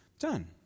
Done